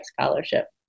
scholarship